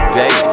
day